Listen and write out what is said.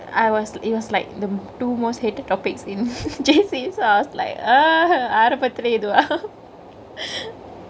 I was it was like the two most hated topics in J_C so I was like err~ ஆரம்பத்திலே இதுவா:aarambatile ithuvaa